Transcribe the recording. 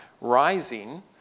rising